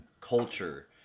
culture